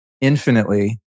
infinitely